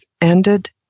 ended